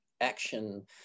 action